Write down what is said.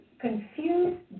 confused